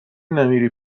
نمیری